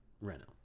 Renault